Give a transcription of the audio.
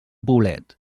poblet